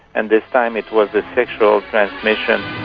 and this time it was the sexual transmission.